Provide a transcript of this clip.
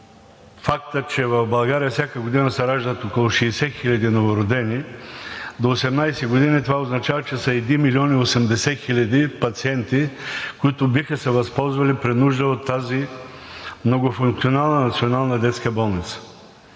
факта, че в България всяка година се раждат около 60 хил. новородени – до 18 години, това означава, че са 1 млн. 80 хиляди пациенти, които биха се възползвали при нужда от тази Многофункционална детска болница.